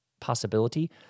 Possibility